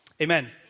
Amen